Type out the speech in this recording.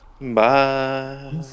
Bye